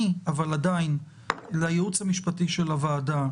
אבל אני עדיין לייעוץ המשפטי של הוועדה,